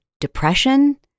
depression